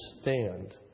stand